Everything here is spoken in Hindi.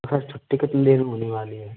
सर छुट्टी कितनी देर में होने वाली है